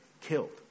killed